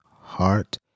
heart